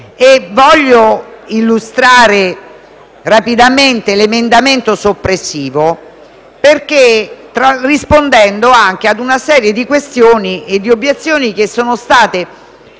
Voglio illustrare rapidamente l’emendamento soppressivo per rispondere anche a una serie di questioni e di obiezioni poste